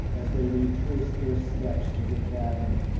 as they retraced their steps to the cabin.